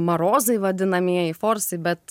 marozai vadinamieji forsai bet